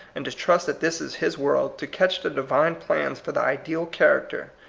and to trust that this is his world, to catch the divine plans for the ideal character,